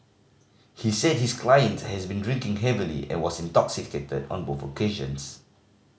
he said his client has been drinking heavily and was intoxicated on both occasions